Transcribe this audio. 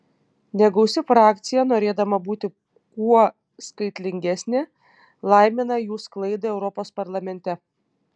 negausi frakcija norėdama būti kuo skaitlingesnė laimina jų sklaidą europos parlamente